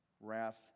Wrath